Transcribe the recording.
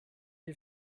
you